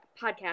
podcast